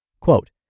Quote